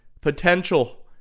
potential